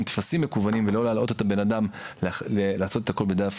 טפסים מקוונים ולא להלאות את הבן אדם לעשות את זה הכול בדף.